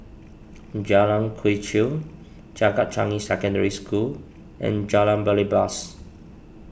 Jalan Quee Chew Changkat Changi Secondary School and Jalan Belibas